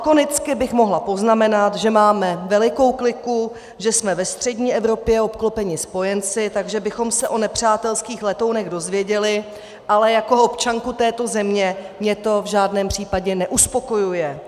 Lakonicky bych mohla poznamenat, že máme velikou kliku, že jsme ve střední Evropě obklopeni spojenci, takže bychom se o nepřátelských letounech dozvěděli, ale jako občanku této země mě to v žádném případě neuspokojuje.